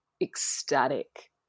ecstatic